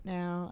now